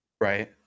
Right